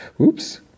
Oops